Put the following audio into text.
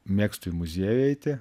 mėgstu į muziejų eiti